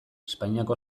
espainiako